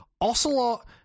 ocelot